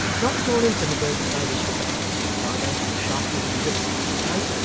not at all intimidated by this rebuff, but rather sharpened in wits and appetite,